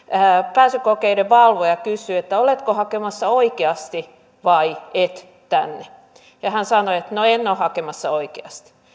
pääsykokeiden valvoja kysyi että oletko hakemassa oikeasti tänne vai et ja hän sanoi että no en ole hakemassa oikeasti